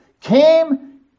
came